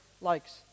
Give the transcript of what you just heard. likes